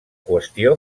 qüestió